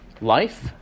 life